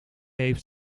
heeft